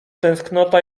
tęsknota